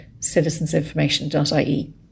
citizensinformation.ie